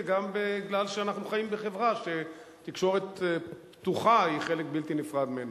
וגם בגלל שאנחנו חיים בחברה שתקשורת פתוחה היא חלק בלתי נפרד ממנה.